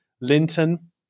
Linton